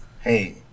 Hey